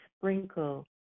sprinkle